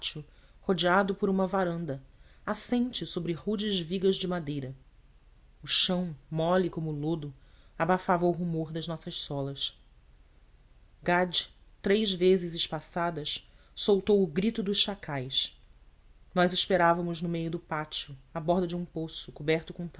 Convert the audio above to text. pátio rodeado por uma varanda assente sobre rudes vigas de madeira o chão mole como lodo abafava o rumor das nossas solas gade três vezes espaçadas soltou o grito dos chacais nós esperávamos no meio do pátio à borda de um poço coberto com